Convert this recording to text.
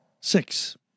Six